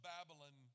Babylon